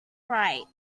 right